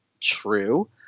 true